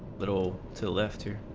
little to left to